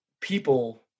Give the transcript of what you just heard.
people